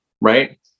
Right